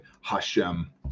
Hashem